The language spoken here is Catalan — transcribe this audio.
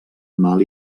mal